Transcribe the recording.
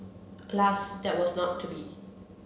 alas that was not to be